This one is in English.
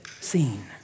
seen